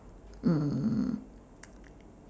mm